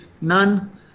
none